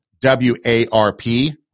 W-A-R-P